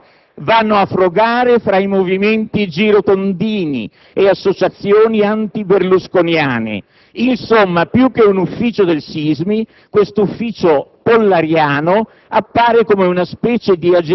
«E, mollate le toghe, dossier e report vanno a frugare tra i movimenti "girotondini" e associazioni antiberlusconiane. Insomma, più che un ufficio del Sismi, quest'ufficio